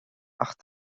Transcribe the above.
ach